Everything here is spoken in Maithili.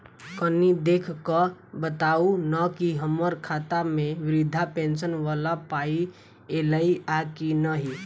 कनि देख कऽ बताऊ न की हम्मर खाता मे वृद्धा पेंशन वला पाई ऐलई आ की नहि?